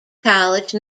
college